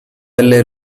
delle